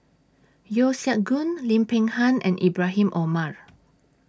Yeo Siak Goon Lim Peng Han and Ibrahim Omar